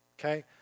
okay